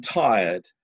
tired